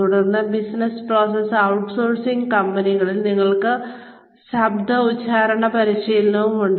തുടർന്ന് business process outsourcing കമ്പനികളിൽ ഞങ്ങൾക്ക് ശബ്ദ ഉച്ചാരണ പരിശീലനവും ഉണ്ട്